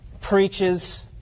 preaches